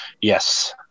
Yes